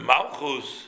Malchus